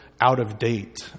out-of-date